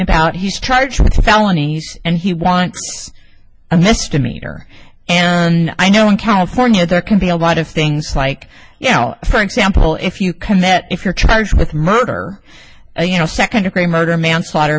about he's charged with felonies and he wants a misdemeanor and i know in california there can be a lot of things like you know for example if you can met if you're charged with murder you know second degree murder manslaughter